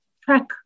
track